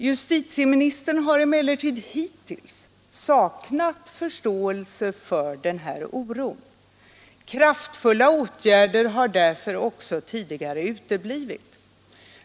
Justitieministern har emellertid hittills saknat förståelse för denna oro. Kraftfulla åtgärder har därför också tidigare uteblivit.